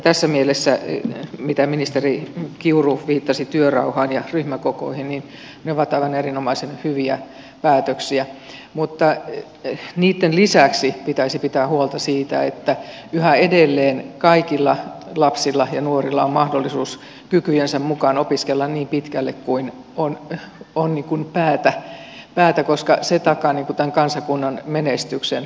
tässä mielessä mitä ministeri kiuru viittasi työrauhaan ja ryhmäkokoihin ne ovat aivan erinomaisen hyviä päätöksiä mutta niitten lisäksi pitäisi pitää huolta siitä että yhä edelleen kaikilla lapsilla ja nuorilla on mahdollisuus kykyjensä mukaan opiskella niin pitkälle kuin on päätä koska se takaa tämän kansakunnan menestyksen